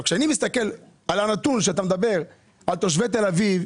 כשאני מסתכל על הנתון שאתה מדבר על תושבי תל אביב,